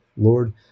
Lord